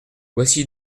voici